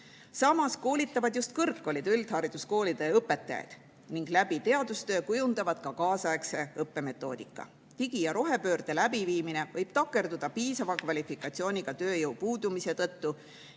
Samas koolitavad just kõrgkoolid üldhariduskoolide õpetajaid ning teadustöö kaudu kujundavad ka kaasaegse õppemetoodika. Digipöörde ja rohepöörde läbiviimine võib takerduda piisava kvalifikatsiooniga tööjõu puudumise tõttu.